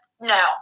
no